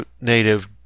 native